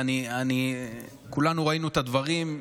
וכולנו ראינו את הדברים,